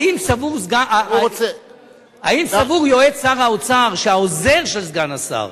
האם סבור יועץ שר האוצר שהעוזר של סגן השר,